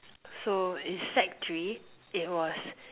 so in sec three it was